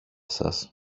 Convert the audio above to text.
σας